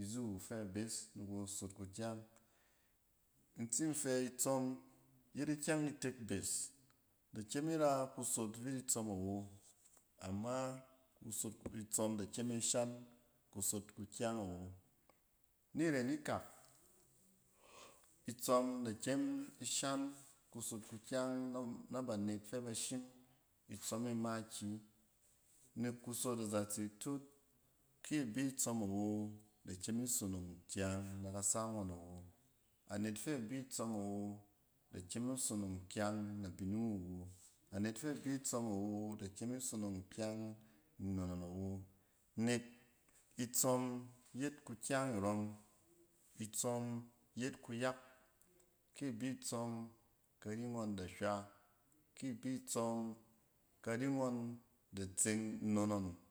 aziwu fɛ bes ni kusot kakyang. In tsin fɛ itsↄm yet ikyɛng itek bes, da kyem ira kusot vit itsↄm awo, ama kusot kufi tsↄm da kyem ishan kusof kukyang awo. Ni ren ikak, itsↄm da kyem isha kusot kukyang na banet fɛ bashim itsↄm e ma kiyi. Nek kusot a zatse tut, ki bi tsↄm awo da kyem isonong kyang na kasa ngↄn awo. Anet fɛ bi tsↄm awo, da kyem a sonong kyang na bining wu wo. Anet fɛ bi tsↄm awo da kyem isonong kyang in nnon ngↄn awo. Nek itsↄm yet kukyang irↄm, itsↄm yet kuyak. Ki bi tsↄm kari ngↄn da hywɛ ki bi tsↄm, kari ngↄn da tseng.